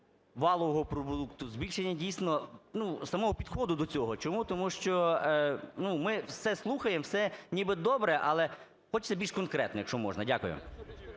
валового продукту, збільшення, дійсно, ну самого підходу до цього? Чому? Тому що ми все слухаємо, все ніби добре, але хочеться більш конкретно, якщо можна. Дякую.